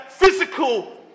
Physical